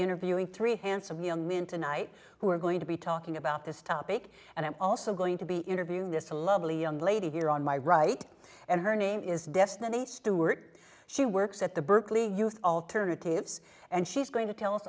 interviewing three handsome young men tonight who are going to be talking about this topic and i'm also going to be interviewing this a lovely young lady here on my right and her name is destiny stewart she works at the berkeley youth alternatives and she's going to tell us